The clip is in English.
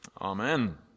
Amen